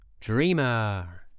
dreamer